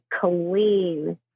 clean